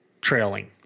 trailing